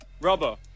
Rubber